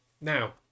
Now